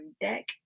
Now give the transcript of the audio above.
deck